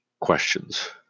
questions